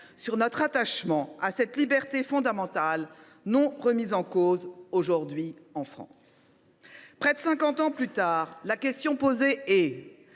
sur notre attachement à cette liberté fondamentale, non remise en cause aujourd’hui en France. Près de cinquante ans plus tard, la question posée est